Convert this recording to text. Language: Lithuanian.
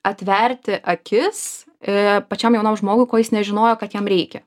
atverti akis aaa pačiam jaunam žmogui ko jis nežinojo kad jam reikia